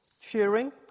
Cheering